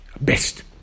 best